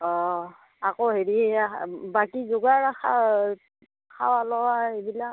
অঁ আকৌ হেৰি বাকী যোগাৰ খাৱা খাৱা লোৱা এইবিলাক